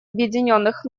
объединенных